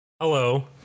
Hello